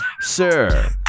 Sir